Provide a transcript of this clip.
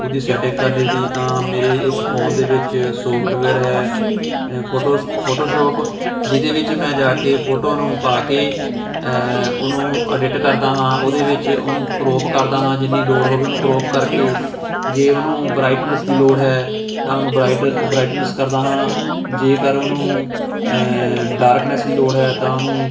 ਉਹਦੀ ਸੈਟਿੰਗ ਕਰਨ ਦੀ ਤਾਂ ਮੇਰੇ ਇੱਕ ਫੋਨ ਦੇ ਵਿੱਚ ਸੋਫਟਵੇਅਰ ਹੈ ਫੋਟੋਸ਼ ਫੋਟੋਸ਼ੋਪ ਜਿਹਦੇ ਵਿੱਚ ਮੈਂ ਜਾ ਕੇ ਫੋਟੋ ਨੂੰ ਪਾ ਕੇ ਉਹਨੂੰ ਅਡਿਟ ਕਰਦਾ ਹਾਂ ਉਹਦੇ ਵਿੱਚ ਉਹਨੂੰ ਕਰੋਪ ਕਰਦਾ ਹਾਂ ਜਿੰਨੀ ਲੋੜ ਹੋਵੇ ਉਹਨੂੰ ਕਰੋਪ ਕਰਕੇ ਜੇ ਉਹਨੂੰ ਬਰਾਈਟਨਸ ਦੀ ਲੋੜ ਹੈ ਤਾਂ ਉਹਨੂੰ ਬਰਾਈਟ ਬਰਾਈਟਨਸ ਕਰਦਾ ਹਾਂ ਜੇਕਰ ਉਹਨੂੰ ਡਾਰਕਨੈਸ ਦੀ ਲੋੜ ਹੈ ਤਾਂ ਉਹਨੂੰ